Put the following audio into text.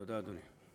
תודה, אדוני.